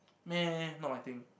!meh! not my thing